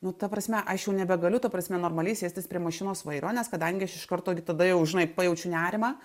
nu ta prasme aš jau nebegaliu ta prasme normaliai sėstis prie mašinos vairo nes kadangi aš iš karto tada jau žinai pajaučiu nerimą